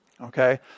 okay